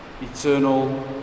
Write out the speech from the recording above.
Eternal